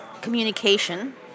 communication